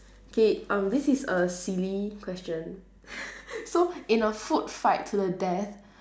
K uh this is a silly question so in a food fight to the death